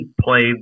played